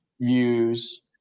views